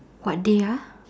what day ah